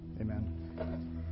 Amen